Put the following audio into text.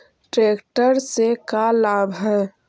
Tractor से का लाभ है?